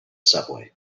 subway